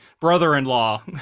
brother-in-law